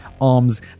arms